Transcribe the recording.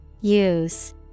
Use